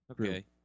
Okay